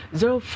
zero